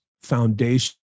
foundation